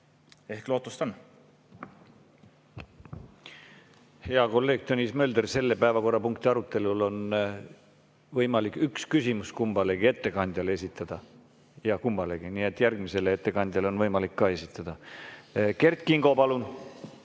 Ehk lootust on. Hea kolleeg Tõnis Mölder, selle päevakorrapunkti arutelul on võimalik kummalegi ettekandjale üks küsimus esitada. Jaa, kummalegi, nii et järgmisele ettekandjale on võimalik ka esitada. Kert Kingo, palun!